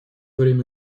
время